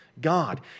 God